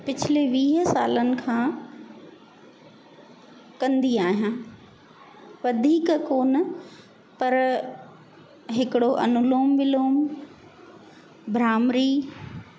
पिछले वीह सालनि खां कंदी आहियां वधीक कोन पर हिकिड़ो अनुलोम विलोम भ्रामरी